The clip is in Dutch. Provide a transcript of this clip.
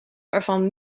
waarvan